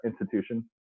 institution